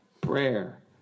Prayer